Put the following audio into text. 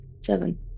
seven